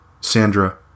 Sandra